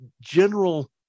general